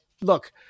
Look